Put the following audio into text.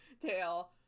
tail